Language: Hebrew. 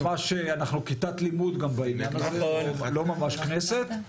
אנחנו כיתת לימוד גם בעניין הזה, לא ממש כנסת.